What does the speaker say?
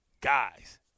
guys